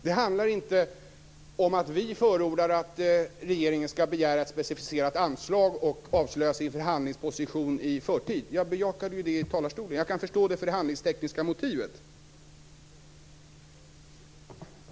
Det handlar inte om att vi förordar att regeringen skall begära ett specificerat anslag och avslöja sin förhandlingsposition i förtid. Jag bejakade ju i talarstolen att jag kan förstå det förhandlingstekniska motivet.